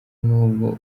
n’ubwo